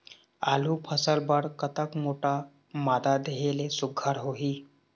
आलू फसल बर कतक मोटा मादा देहे ले सुघ्घर होही?